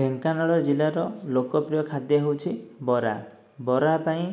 ଢେଙ୍କାନାଳ ଜିଲ୍ଲାର ଲୋକପ୍ରିୟ ଖାଦ୍ୟ ହେଉଛି ବରା ବରା ପାଇଁ